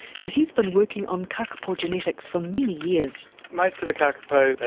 and he's been working on kakapo genetics for many years. most of the kakapo,